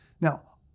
Now